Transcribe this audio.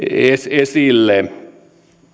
esille